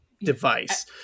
Device